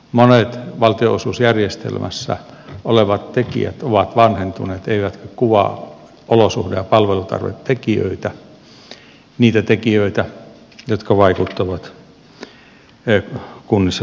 monet valtionosuusjärjestelmässä olevat tekijät ovat vanhentuneet eivätkä kuvaa olosuhde ja palvelutarvetekijöitä niitä tekijöitä jotka vaikuttavat kunnissa syntyviin kustannuksiin